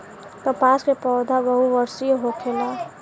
कपास के पौधा बहुवर्षीय होखेला